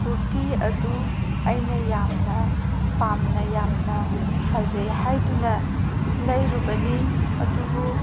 ꯀꯨꯔꯇꯤ ꯑꯗꯨ ꯑꯩꯅ ꯌꯥꯝꯅ ꯄꯥꯝꯅ ꯌꯥꯝꯅ ꯐꯖꯩ ꯍꯥꯏꯗꯨꯅ ꯂꯩꯔꯨꯕꯅꯤ ꯑꯗꯨꯕꯨ